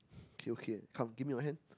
okay okay come give me your hand